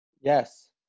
Yes